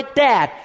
dad